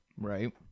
right